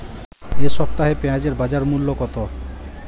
এ সপ্তাহে পেঁয়াজের বাজার মূল্য কত?